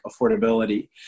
affordability